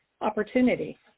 opportunity